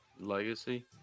Legacy